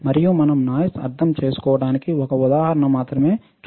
మరియు మనం నాయిస్ అర్థం చేసుకోవడానికి ఒక ఉదాహరణ మాత్రమే చూస్తాము